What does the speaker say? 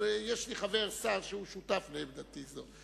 אבל יש לי חבר, שר, שהוא שותף לעמדתי זו.